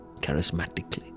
charismatically